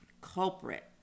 culprit